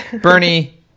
Bernie